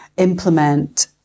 implement